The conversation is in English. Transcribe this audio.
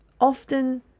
Often